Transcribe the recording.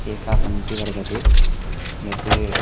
एका पङ्क्तिः वर्तते यत्